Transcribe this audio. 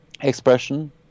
expression